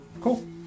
cool